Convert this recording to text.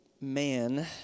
man